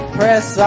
press